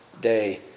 day